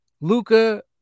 Luca